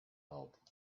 bulb